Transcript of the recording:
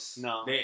No